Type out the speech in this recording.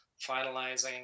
finalizing